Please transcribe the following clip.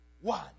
One